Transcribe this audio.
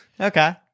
Okay